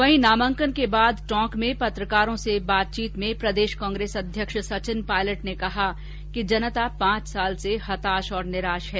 वहीं नामांकन के बाद टोंक में पत्रकारों से बातचीत में कांग्रेस अध्यक्ष सचिन पायलट ने कहा कि जनता पांच साल से हताष और निराष है